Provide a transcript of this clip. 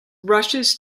rushes